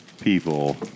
people